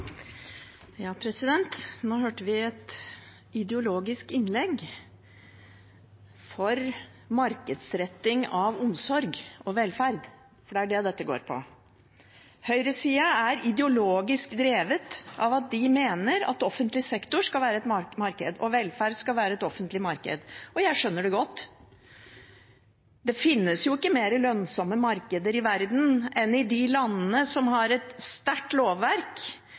Nå hørte vi et ideologisk innlegg for markedsretting av omsorg og velferd. Det er det dette handler om. Høyresiden er ideologisk drevet av at de mener at offentlig sektor skal være et marked, og velferd skal være et offentlig marked. Jeg skjønner det godt. Det finnes ikke mer lønnsomme markeder i verden enn i de landene som har et sterkt lovverk,